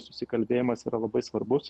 susikalbėjimas yra labai svarbus